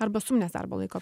arba suminės darbo laiko